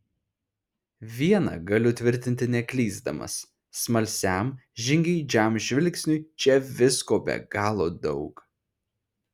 viena galiu tvirtinti neklysdamas smalsiam žingeidžiam žvilgsniui čia visko be galo daug